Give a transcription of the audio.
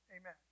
Amen